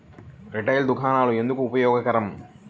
Retail దుకాణాలు ఎందుకు ఉపయోగకరం?